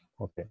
Okay